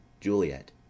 JULIET